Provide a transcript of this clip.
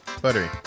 Buttery